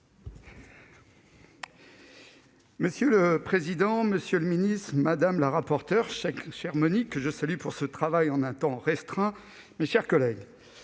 Monsieur le président, monsieur le ministre, madame la rapporteure, chère Monique, que je salue pour ce travail réalisé en un temps restreint, mes chers collègues,